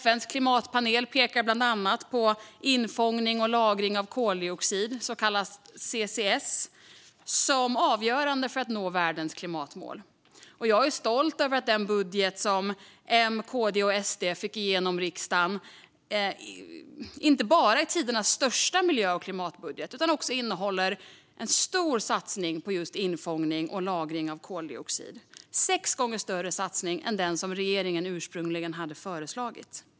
FN:s klimatpanel pekar bland annat på infångning och lagring av koldioxid, det som kallas CCS, som avgörande för att nå världens klimatmål. Jag är stolt över att den budget som M, KD och SD fick igenom riksdagen inte bara är tidernas största miljö och klimatbudget utan också innehåller en stor satsning på just infångning och lagring av koldioxid. Denna satsning är sex gånger större än den som regeringen ursprungligen hade föreslagit.